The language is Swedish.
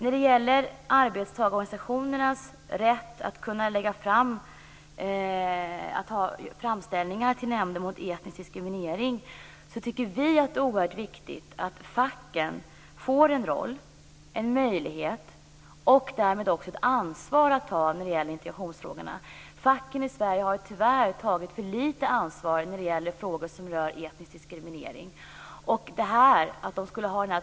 Vi tycker att det är oerhört viktigt att facken får en roll och ett ansvar i integrationsfrågorna i frågan om att arbetstagarorganisationerna ges rätt att göra framställningar till Nämnden mot etnisk diskriminering. Facken i Sverige har tagit för lite ansvar i frågor som rör etnisk diskriminering.